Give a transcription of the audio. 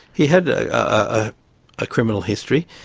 he had a ah criminal history.